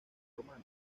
romana